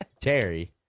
Terry